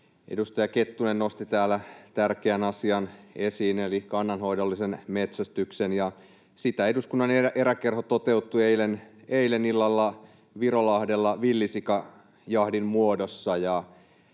Edustaja Kettunen nosti täällä tärkeän asian esiin eli kannanhoidollisen metsästyksen, ja sitä eduskunnan eräkerho toteutti eilen illalla Virolahdella villisikajahdin muodossa.